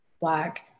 Black